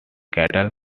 cattle